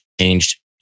changed